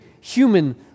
human